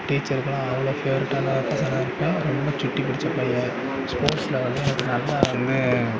டீச்சருக்குலாம் அவ்வளோ ஃபேவ்ரெட்டான பர்சனாருப்பேன் ரொம்ப சுட்டி பிடிச்ச பையன் ஸ்போட்ஸுல் வந்து எனக்கு நல்லா வந்து